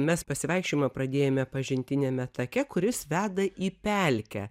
mes pasivaikščiojimą pradėjome pažintiniame take kuris veda į pelkę